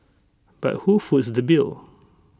but who foots the bill